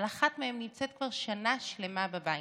אבל אחת מהם נמצאת כבר שנה שלמה בבית,